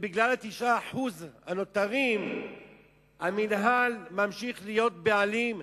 ובגלל ה-9% הנותרים המינהל ממשיך להיות בעלים,